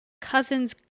cousin's